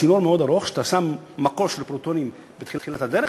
צינור מאוד ארוך שאתה שם מקור של פרוטונים בתחילת הדרך,